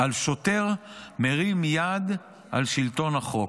על שוטר, מרים יד על שלטון החוק,